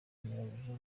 nyirabuja